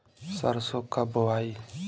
सरसो कब बोआई?